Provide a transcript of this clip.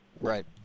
Right